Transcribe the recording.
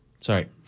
sorry